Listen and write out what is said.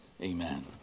Amen